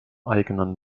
eigenen